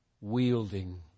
wielding